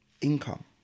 income